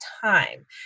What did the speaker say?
time